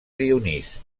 dionís